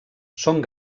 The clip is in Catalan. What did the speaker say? són